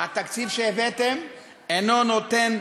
התקציב שהבאתם אינו נותן,